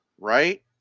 Right